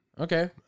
Okay